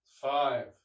five